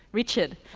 richard.